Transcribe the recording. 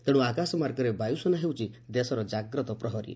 ତେଣୁ ଆକାଶମାର୍ଗରେ ବାୟୁସେନା ହେଉଛି ଦେଶର ଜାଗ୍ରତ ପ୍ରହରୀ